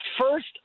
First